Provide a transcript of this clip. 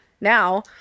Now